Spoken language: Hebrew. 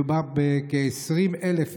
מדובר בכ-20,000 איש,